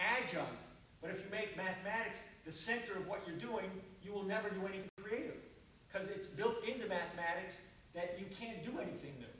adjunct but if you make mathematics the center of what you're doing you will never do any period because it's built into mathematics that you can do anything